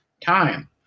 time